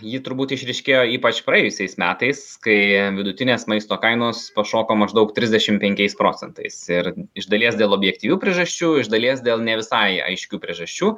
ji turbūt išryškėjo ypač praėjusiais metais kai vidutinės maisto kainos pašoko maždaug trisdešim penkiais procentais ir iš dalies dėl objektyvių priežasčių iš dalies dėl ne visai aiškių priežasčių